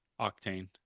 Octane